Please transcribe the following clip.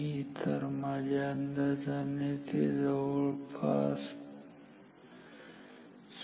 तर माझ्या अंदाजाने ते जवळपास 5